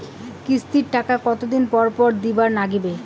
কিস্তির টাকা কতোদিন পর পর দিবার নাগিবে?